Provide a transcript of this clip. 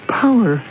power